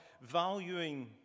valuing